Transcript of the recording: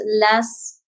less